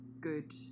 good